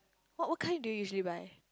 what what kind do you usually buy